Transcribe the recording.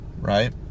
right